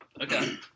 Okay